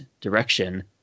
direction